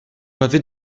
m’avez